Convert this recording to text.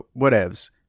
whatevs